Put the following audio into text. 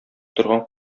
утырган